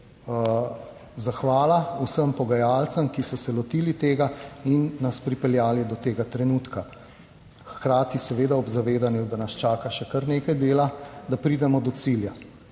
zahvala vsem pogajalcem, ki so se lotili tega in nas pripeljali do tega trenutka, hkrati seveda ob zavedanju, da nas čaka še kar nekaj dela, da pridemo do cilja